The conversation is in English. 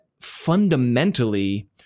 fundamentally